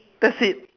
that's it